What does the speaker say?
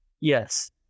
Yes